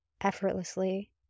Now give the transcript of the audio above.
effortlessly